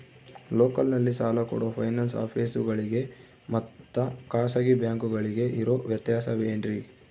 ಲೋಕಲ್ನಲ್ಲಿ ಸಾಲ ಕೊಡೋ ಫೈನಾನ್ಸ್ ಆಫೇಸುಗಳಿಗೆ ಮತ್ತಾ ಖಾಸಗಿ ಬ್ಯಾಂಕುಗಳಿಗೆ ಇರೋ ವ್ಯತ್ಯಾಸವೇನ್ರಿ?